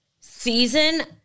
season